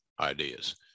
ideas